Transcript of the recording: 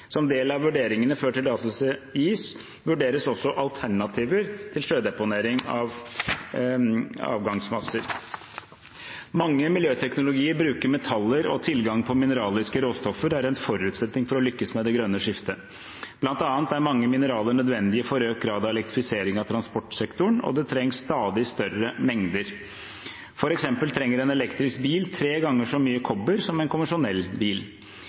Som del av vurderingene før tillatelse gis, vurderes også alternativer til sjødeponering av avgangsmasser. Mange miljøteknologier bruker metaller, og tilgang på mineralske råstoffer er en forutsetning for å lykkes med det grønne skiftet. Blant annet er mange mineraler nødvendige for økt grad av elektrifisering av transportsektoren, og det trengs stadig større mengder. For eksempel trenger en elektrisk bil tre ganger så mye kobber som en konvensjonell bil.